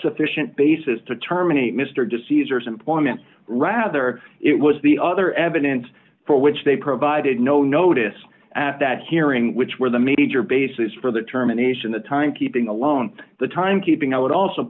sufficient basis to terminate mr deceivers employment rather it was the other evidence for which they provided no notice at that hearing which were the major basis for the terminations a timekeeping alone the timekeeping i would also